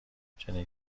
چنین